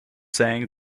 saying